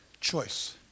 choice